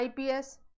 IPS